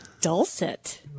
Dulcet